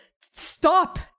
Stop